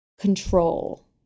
control